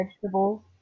vegetables